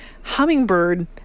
hummingbird